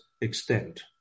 extent